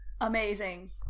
Amazing